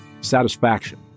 Satisfaction